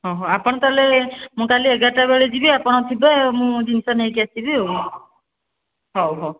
ଓହୋ ଆପଣ ତା'ହେଲେ ମୁଁ କାଲି ଏଗାରଟା ବେଳେ ଯିବି ଆପଣ ଥିବେ ମୁଁ ଜିନିଷ ନେଇକି ଆସିବି ଆଉ ହଉ ହଉ